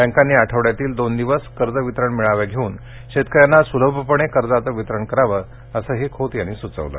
बँकांनी आठवड्यातील दोन दिवस कर्ज वितरण मेळावे घेऊन शेतकऱ्यांना सुलभपणे कर्जाचे वितरण करावं असंही खोत यांनी म्हटलं आहे